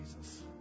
Jesus